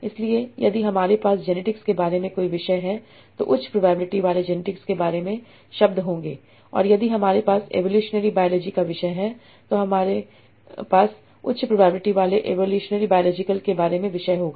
इसलिए यदि हमारे पास जेनेटिक्स के बारे में कोई विषय है तो उच्च प्रोबेबिलिटी वाले जेनेटिक्स के बारे में शब्द होंगे और यदि हमारे पास एवोलुशनरी बायोलॉजी का विषय है तो इसमें उच्च प्रोबेबिलिटी वाले एवोलुशनरी बायोलॉजिकल के बारे में एक विषय होगा